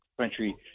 country